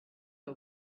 her